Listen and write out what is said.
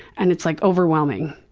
and it's like overwhelming.